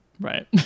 right